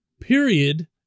period